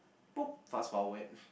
poop fast forward